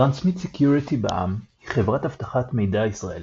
טרנסמיט סקיוריטי בע"מ היא חברת אבטחת מידע ישראלית,